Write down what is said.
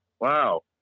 Wow